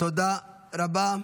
תודה רבה.